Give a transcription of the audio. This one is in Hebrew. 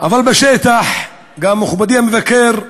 אבל בשטח, גם מכובדי המבקר,